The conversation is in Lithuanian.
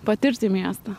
patirti miestą